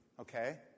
okay